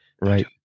Right